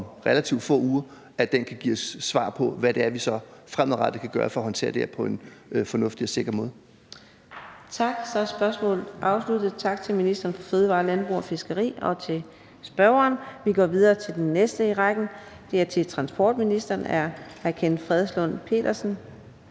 relativt få uger, kan give os svar på, hvad det er, vi så fremadrettet kan gøre for at håndtere det her på en fornuftig og sikker måde. Kl. 15:04 Fjerde næstformand (Karina Adsbøl): Tak. Så er spørgsmålet afsluttet. Tak til ministeren for fødevarer, landbrug og fiskeri og til spørgeren. Vi går videre til det næste spørgsmål, som er til transportministeren af hr. Kenneth Fredslund Petersen.